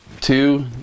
Two